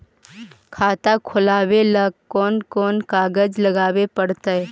खाता खोलाबे ल कोन कोन कागज लाबे पड़तै?